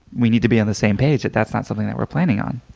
we need to be on the same page that that's not something that we're planning on.